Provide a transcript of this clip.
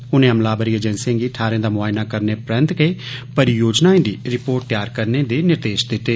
उनें अमलावरी एजेंसिएं गी थाहरें दा मुआयना करने परैन्त गै परियोजनाएं दी रिर्पोट तैयार करने दे निर्देष दित्ते